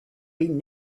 been